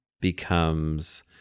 becomes